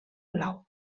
blau